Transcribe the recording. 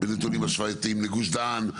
בנתונים השוואתיים לגוש דן,